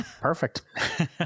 Perfect